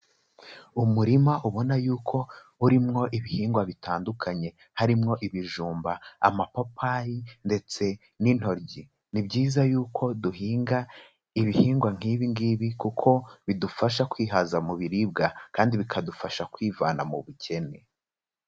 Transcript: Umurima ubona yuko urimo ibihingwa bitandukanye, harimo ibijumba, amapapayi, ndetse n'intoryi, ni byiza yuko duhinga ibihingwa nk'ibi ngibi kuko bidufasha kwihaza mu biribwa, kandi bikadufasha kwivana mu bukene.